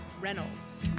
Reynolds